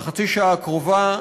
בחצי השעה הקרובה,